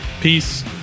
Peace